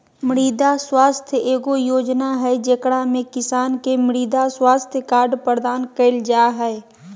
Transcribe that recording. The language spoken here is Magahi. मृदा स्वास्थ्य एगो योजना हइ, जेकरा में किसान के मृदा स्वास्थ्य कार्ड प्रदान कइल जा हइ